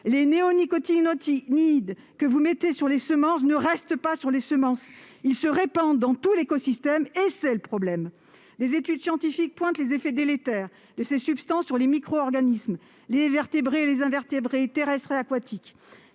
Les néonicotinoïdes déposés sur les semences n'y restent pas ; ils se répandent dans tout l'écosystème, et c'est là le problème ! Les études scientifiques mettent en avant les effets délétères de ces substances sur les micro-organismes, les vertébrés et les invertébrés terrestres et aquatiques.